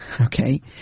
Okay